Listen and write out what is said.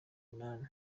umunani